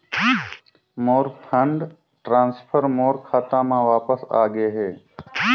मोर fund transfer मोर खाता म वापस आ गे हे